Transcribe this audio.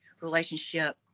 relationship